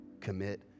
commit